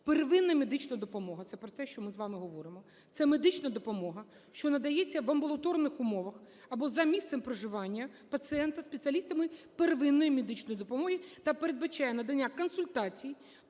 "Первинна медична допомога (це про те, що ми з вами говоримо) – це медична допомога, що надається в амбулаторних умовах або за місцем проживання пацієнта спеціалістами первинної медичної допомоги та передбачає надання консультацій,